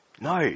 no